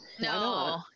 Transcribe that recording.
No